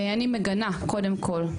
ואני מגנה, קודם כל,